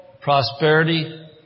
prosperity